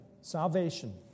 salvation